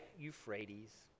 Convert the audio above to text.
Euphrates